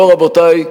לא, רבותי,